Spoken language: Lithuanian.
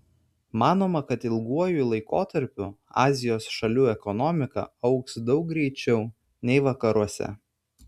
manoma kad ilguoju laikotarpiu azijos šalių ekonomika augs daug greičiau nei vakaruose